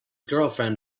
girlfriend